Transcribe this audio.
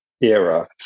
era